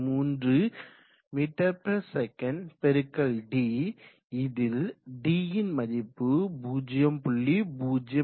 3 ms x d இதில் dன் மதிப்பு 0